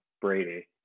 Brady